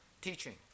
teaching